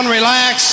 relax